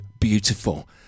beautiful